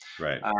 Right